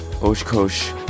Oshkosh